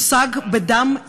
הוא הושג בדם,